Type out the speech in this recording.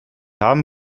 haben